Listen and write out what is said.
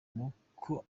n’uko